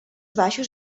baixos